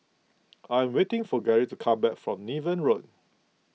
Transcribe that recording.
I am waiting for Gary to come back from Niven Road